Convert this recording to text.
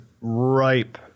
ripe